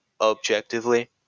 objectively